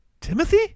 Timothy